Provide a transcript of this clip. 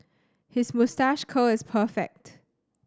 his moustache curl is perfect